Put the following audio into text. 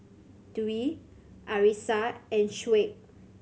Dwi Arissa and Shuib